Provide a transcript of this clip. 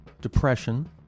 depression